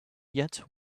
yet